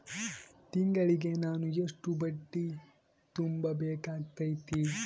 ತಿಂಗಳಿಗೆ ನಾನು ಎಷ್ಟ ಬಡ್ಡಿ ತುಂಬಾ ಬೇಕಾಗತೈತಿ?